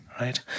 Right